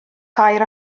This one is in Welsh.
tair